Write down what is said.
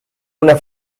una